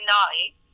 night